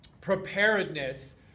preparedness